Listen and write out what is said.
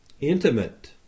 intimate